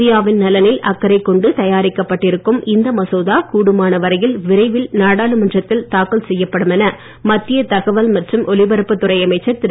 இந்தியாவின் நலனில் அக்கரை தயாரிக்கப்பட்டிருக்கும் இந்த மசோதா கூடுமானவரையில் விரைவில் நாடாளுமன்றத்தில் தாக்கல் செய்யப்படும் என மத்திய தகவல் மற்றும் ஒலிபரப்புத்துறை அமைச்சர் திரு